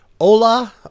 Hola